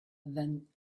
than